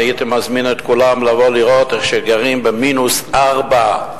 הייתי מזמין את כולם לבוא לראות איך גרים במינוס ארבע,